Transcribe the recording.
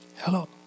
Hello